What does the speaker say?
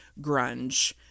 grunge